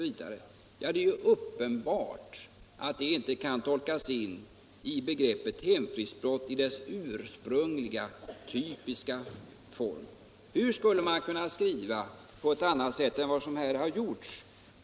är det ju uppenbart att dessa bostadsformer inte kan tolkas in i begreppet hemfridsbrott i dess ursprungliga, typiska form. Hur skulle man kunna skriva på annat sätt än vad som här har gjorts?